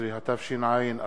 15), התש"ע 2010,